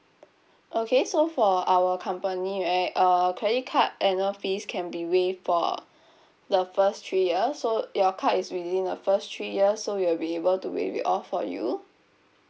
okay so for our company right uh credit card annual fees can be waived for the first three years so your card is within the first three years so we'll be able to waive it off for you